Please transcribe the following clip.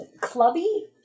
clubby